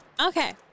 Okay